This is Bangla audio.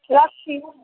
রাখছি হ্যাঁ